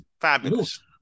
fabulous